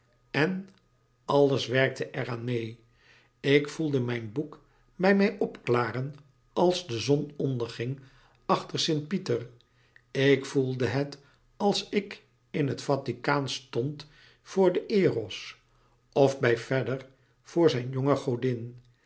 en alles werkte er aan meê ik voelde mijn boek bij mij opklaren als de zon onderging achter sint pieter ik voelde het als ik in het vaticaan stond voor den eros of bij fedder voor zijn jonge godin